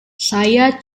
saya